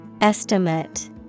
Estimate